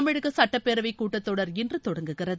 தமிழக சுட்டப்பேரவை கூட்டத் தொடர் இன்று தொடங்குகிறது